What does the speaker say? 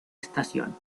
estación